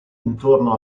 intorno